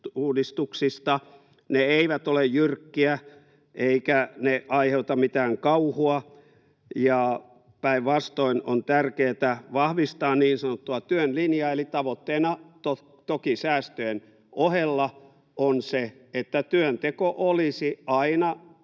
Ne eivät ole jyrkkiä eivätkä ne aiheuta mitään kauhua. Päinvastoin on tärkeätä vahvistaa niin sanottua työn linjaa, eli tavoitteena toki säästöjen ohella on se, että työnteko olisi aina